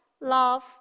love